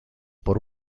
por